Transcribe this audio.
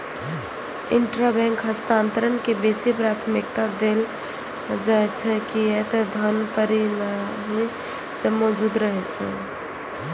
intrabank हस्तांतरण के बेसी प्राथमिकता देल जाइ छै, कियै ते धन पहिनहि सं मौजूद रहै छै